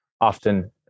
often